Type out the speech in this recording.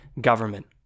government